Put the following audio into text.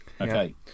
okay